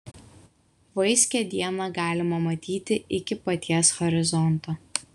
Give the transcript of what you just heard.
vaiskią dieną galima matyti iki paties horizonto